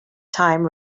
time